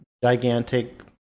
gigantic